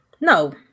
No